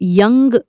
young